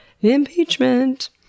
impeachment